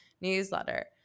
newsletter